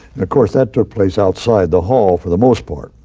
of course, that took place outside the hall for the most part,